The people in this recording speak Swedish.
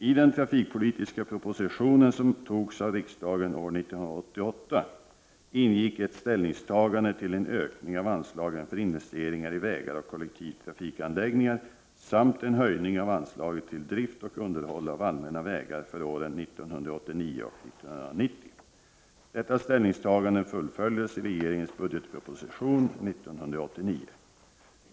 I den trafikpolitiska propositionen som antogs av riksdagen år 1988 ingick ett ställningstagande till en ökning av anslagen för investeringar i vägar och kollektivtrafikanläggningar samt en höjning av anslagen till drift och underhåll av allmänna vägar för åren 1989 och 1990. Detta ställningstagande fullföljdes i regeringens budgetproposition 1989.